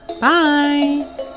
bye